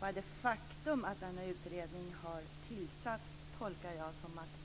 Bara det faktum att denna utredning har tillsatts tolkar jag som att